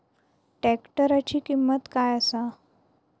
ट्रॅक्टराची किंमत काय आसा?